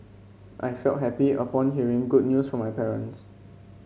I felt happy upon hearing good news from my parents